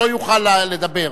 לא יוכל לדבר,